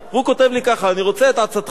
הוא כותב לי ככה: אני רוצה את עצתך.